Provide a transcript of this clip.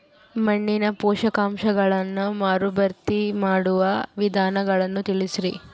ಮಣ್ಣಿನ ಪೋಷಕಾಂಶಗಳನ್ನು ಮರುಭರ್ತಿ ಮಾಡುವ ವಿಧಾನಗಳನ್ನು ತಿಳಿಸಿ?